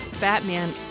Batman